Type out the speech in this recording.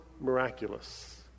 miraculous